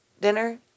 dinner